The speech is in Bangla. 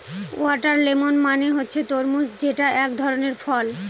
ওয়াটারমেলন মানে হচ্ছে তরমুজ যেটা এক ধরনের ফল